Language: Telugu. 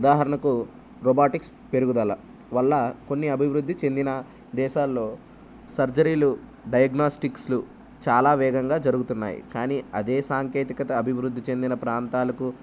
ఉదాహరణకు రోబాటిక్స్ పెరుగుదల వల్ల కొన్ని అభివృద్ధి చెందిన దేశాల్లో సర్జరీలు డయాగ్నోస్టిక్స్లు చాలా వేగంగా జరుగుతున్నాయి కానీ అదే సాంకేతికత అభివృద్ధి చెందిన ప్రాంతాలకు